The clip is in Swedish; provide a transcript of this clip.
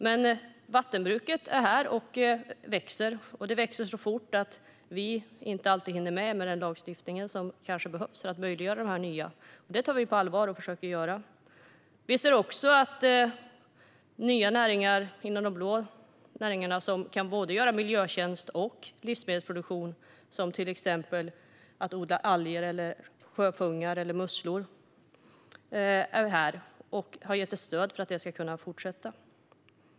Men vattenbruket är här och växer. Det växer så fort att vi inte alltid hinner med att få till den lagstiftning som kanske behövs för att möjliggöra det nya. Det tar vi på allvar och försöker göra. Vi ser nya näringar inom de blå näringarna som kan både göra miljötjänst och ha livsmedelsproduktion. Det handlar till exempel om att odla alger, sjöpungar eller musslor. De näringarna är här och har getts ett stöd för att de ska kunna fortsätta.